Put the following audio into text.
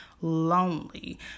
lonely